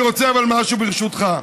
אני רוצה משהו, ברשותך,